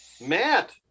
Matt